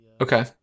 Okay